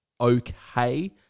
okay